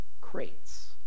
crates